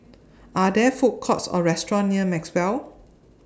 Are There Food Courts Or restaurants near Maxwell